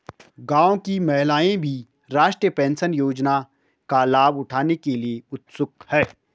गांव की महिलाएं भी राष्ट्रीय पेंशन योजना का लाभ उठाने के लिए उत्सुक हैं